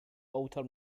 alter